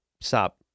stop